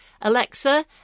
Alexa